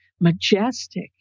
majestic